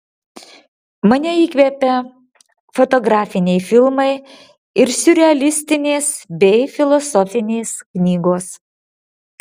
mane įkvepia fotografiniai filmai ir siurrealistinės bei filosofinės knygos